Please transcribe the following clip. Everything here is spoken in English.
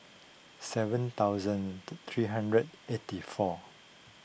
seven thousand three hundred eighty four